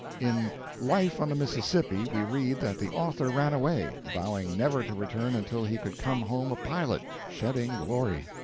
in life on the mississippi we read that the author ran away, vowing never to return until he could come home a pilot, shedding glory.